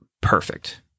perfect